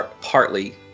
partly